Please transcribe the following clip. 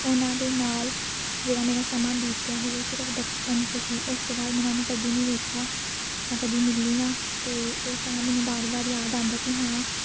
ਉਨਾਂ ਦੇ ਨਾਲ ਜਿਹੜਾ ਮੇਰਾ ਸਮਾਂ ਬੀਤਿਆ ਸੀ ਉਹ ਸਿਰਫ ਬਚਪਨ 'ਚ ਹੀ ਉਸ ਤੋਂ ਬਾਅਦ ਮੈਂ ਉਹਨਾਂ ਨੂੰ ਕਦੀ ਨਹੀਂ ਵੇਖਿਆ ਨਾ ਕਦੀ ਮਿਲੀ ਹਾਂ ਅਤੇ ਉਹ ਸਮਾਂ ਮੈਨੂੰ ਵਾਰ ਵਾਰ ਯਾਦ ਆਉਂਦਾ ਕਿ ਹਾਂ